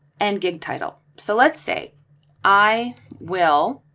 and get title so let's say i will.